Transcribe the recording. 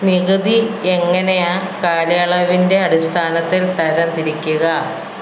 നികുതി എങ്ങനെയാണ് കാലയളവിൻ്റെ അടിസ്ഥാനത്തിൽ തരംതിരിക്കുക